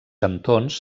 cantons